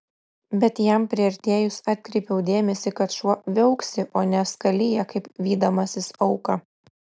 bet jam priartėjus atkreipiau dėmesį kad šuo viauksi o ne skalija kaip vydamasis auką